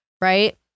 right